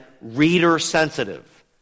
reader-sensitive